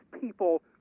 people